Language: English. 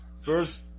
First